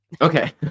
okay